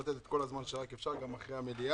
לתת את כל הזמן שרק אפשר גם אחרי המליאה.